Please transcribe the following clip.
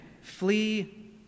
Flee